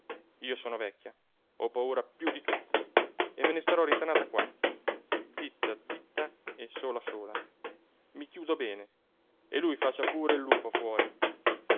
io sono vecchia ho paura piú di tutti e me ne starò rintanata qua zitta zitta e sola sola i chiudo bene e lui faccia pure il lupo fuori